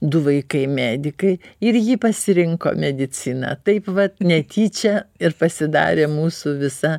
du vaikai medikai ir ji pasirinko mediciną taip vat netyčia ir pasidarė mūsų visa